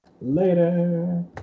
Later